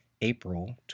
April